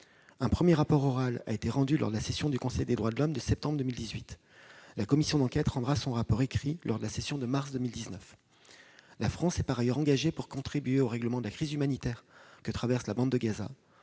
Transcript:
Un premier rapport oral a été rendu lors de la session du Conseil des droits de l'homme de septembre 2018. La commission d'enquête rendra son rapport écrit lors de la session de mars 2019. La France est par ailleurs engagée pour contribuer au règlement de la crise humanitaire que traverse la bande de Gaza.